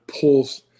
pulls